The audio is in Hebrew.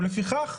ולפיכך,